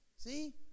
See